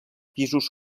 pisos